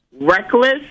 reckless